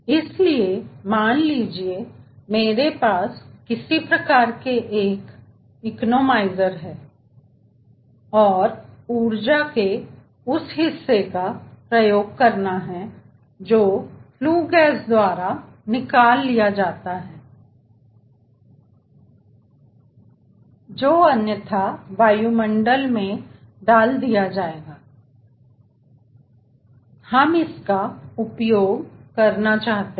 इसलिए मान लीजिए कि मेरे पास किसी प्रकार के एक इकोनोमाइज़र है और ऊर्जा के उस हिस्से का उपयोग करना है जो कि फ्ल्यू गैस द्वारा निकाल लिया जाता है जो अन्यथा वायुमंडल में रिहा किया जाएगा हम इसका उपयोग करना चाहते हैं